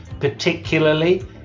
particularly